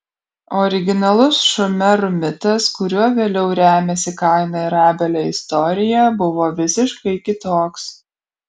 originalus šumerų mitas kuriuo vėliau remiasi kaino ir abelio istorija buvo visiškai kitoks